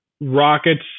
rockets